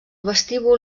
vestíbul